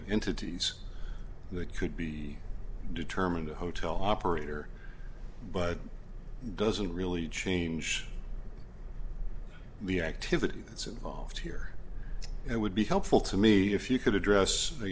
of entities that could be determined the hotel operator but doesn't really change the activity that's involved here it would be helpful to me if you could address